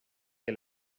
que